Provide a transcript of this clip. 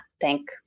thank